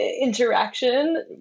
interaction